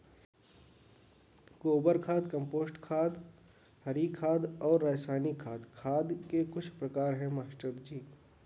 गोबर खाद कंपोस्ट खाद हरी खाद और रासायनिक खाद खाद के कुछ प्रकार है मास्टर जी